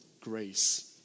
grace